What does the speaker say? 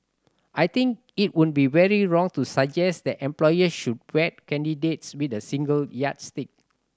I think it would be very wrong to suggest that employers should vet candidates with a single yardstick